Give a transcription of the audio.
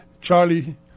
Charlie